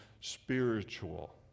spiritual